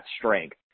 strength